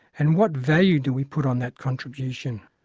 and what value do we put on that contribution?